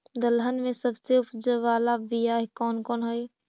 दलहन में सबसे उपज बाला बियाह कौन कौन हइ?